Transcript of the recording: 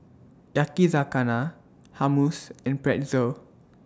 Yakizakana Hummus and Pretzel